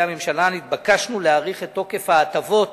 הממשלה נתבקשנו להאריך את תוקף ההטבות